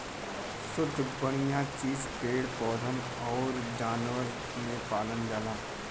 सुद्ध बढ़िया चीज पेड़ पौधन आउर जानवरन में पावल जाला